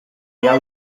jouw